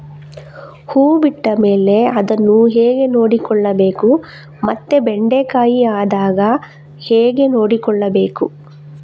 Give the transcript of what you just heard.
ಹೂ ಬಿಟ್ಟ ಮೇಲೆ ಅದನ್ನು ಹೇಗೆ ನೋಡಿಕೊಳ್ಳಬೇಕು ಮತ್ತೆ ಬೆಂಡೆ ಕಾಯಿ ಆದಾಗ ಹೇಗೆ ನೋಡಿಕೊಳ್ಳಬೇಕು?